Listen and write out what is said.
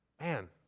Man